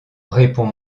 répond